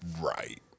right